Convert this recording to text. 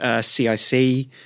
CIC